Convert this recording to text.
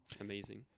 amazing